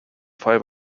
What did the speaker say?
five